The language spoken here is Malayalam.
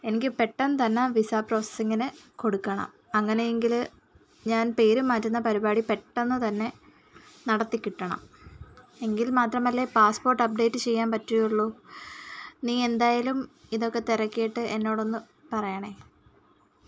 എനിക്ക് പെട്ടെന്ന് തന്നെ വിസ പ്രോസസ്സിങ്ങിന് കൊടുക്കണം അങ്ങനെയെങ്കില് ഞാൻ പേര് മാറ്റുന്ന പരിപാടി പെട്ടെന്ന് തന്നെ നടത്തികിട്ടണം എങ്കിൽ മാത്രമല്ലേ പാസ്പോർട്ട് അപ്ഡേറ്റ് ചെയ്യാൻ പറ്റുകയുള്ളു നീ എന്തായാലും ഇതൊക്കെ തിരക്കിയിട്ട് എന്നോടൊന്ന് പറയണേ